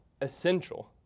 essential